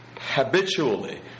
habitually